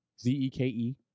Zeke